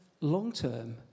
long-term